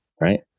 right